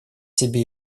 себе